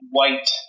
white